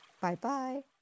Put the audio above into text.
Bye-bye